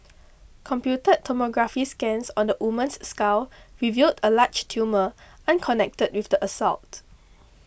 computed tomography scans on the woman's skull revealed a large tumour unconnected with the assault